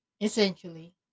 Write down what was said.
essentially